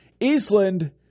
Eastland